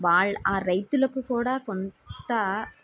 ఆ రైతులకు కూడా కొంత